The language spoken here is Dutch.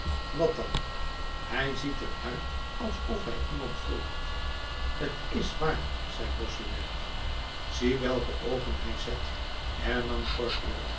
wat dan hij ziet er uit alsof hij iemand volgt t is waar zei bossuet zie welke oogen hij zet hernam